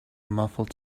muffled